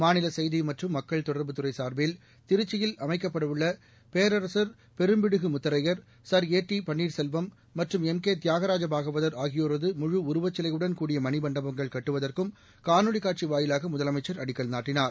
மாநில செய்தி மற்றும் மக்கள் தொடா்புத்துறை சாா்பில் திருச்சியில் அமைக்கப்பட உள்ள பேரரசா் Perumbidugu Mutharaiyar sir A T Panneerselvam மற்றும் எம் கே தியாகராஜ பாகவதர் ஆகியோரது முழு உருவச்சிலையுடன் கூடிய மணிமண்டபங்கள் கட்டுவதற்கும் காணொலி காட்சி வாயிலாக முதலமைச்சள் அடிக்கல் நாட்டினார்